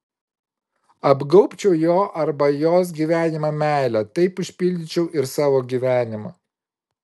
apgaubčiau jo arba jos gyvenimą meile taip užpildyčiau ir savo gyvenimą